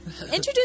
Introduce